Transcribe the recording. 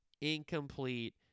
incomplete